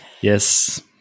Yes